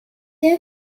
air